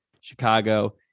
Chicago